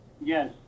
Yes